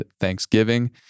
Thanksgiving